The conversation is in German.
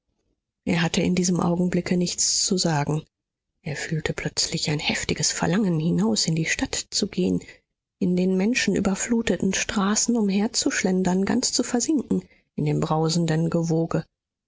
er hatte in diesem augenblicke nichts zu sagen er fühlte plötzlich ein heftiges verlangen hinaus in die stadt zu gehen in den menschenüberfluteten straßen umherzuschlendern ganz zu versinken in dem brausenden gewoge